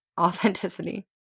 authenticity